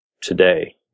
today